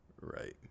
Right